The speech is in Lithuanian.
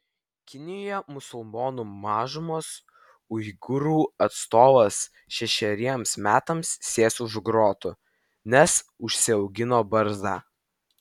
kinijoje musulmonų mažumos uigūrų atstovas šešeriems metams sės už grotų nes užsiaugino barzdą